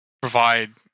provide